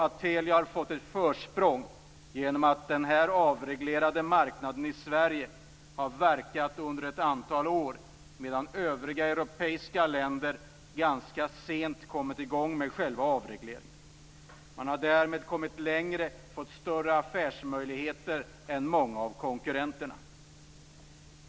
Telia har fått ett försprång genom att den avreglerade marknaden i Sverige har verkat under ett antal år medan övriga europeiska länder sent kommit i gång med avregleringen. Telia här därmed kommit längre med större affärsmöjligheter än många av konkurrenterna.